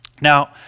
Now